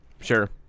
Sure